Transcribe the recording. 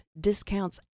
discounts